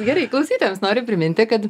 gerai klausytojams noriu priminti kad